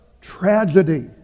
tragedy